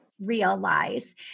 realize